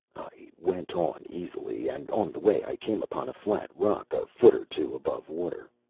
i went on easily, and on the way i came upon a flat rock a foot or two above water.